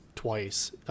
twice